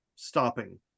stopping